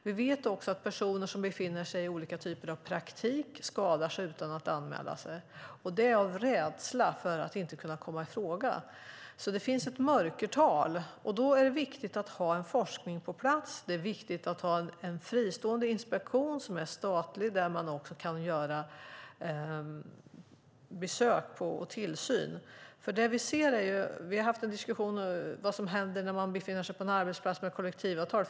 Vi vet också att personer som befinner sig i olika typer av praktik skadar sig utan att anmäla det, av rädsla för att inte komma i fråga. Det finns alltså ett mörkertal, och då är det viktigt att ha en forskning på plats. Det är viktigt att ha en fristående inspektion som är statlig och där man också kan göra besök och bedriva tillsyn. Vi har haft en diskussion om vad som händer när man befinner sig på en arbetsplats utan kollektivavtal.